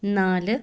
നാല്